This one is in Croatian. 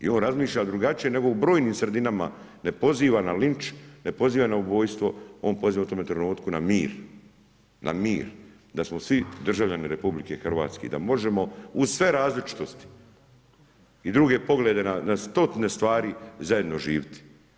I on razmišlja drugačije, nego u brojnim sredinama, ne poziva na linč, ne poziva na ubojstvo, on poziva u tome trenutku na mir, na mir, da smo svi državljani RH i da možemo uz sve različitosti i druge poglede na stotine stvari zajedno živjeti.